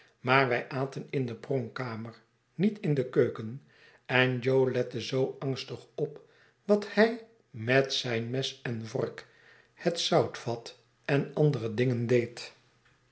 maar wij aten in de pronkkamer niet in de keuken en jo lette zoo angstig op wat hij met zijn mes en vork het zoutvat en andere dingen deed